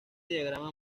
diagrama